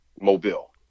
Mobile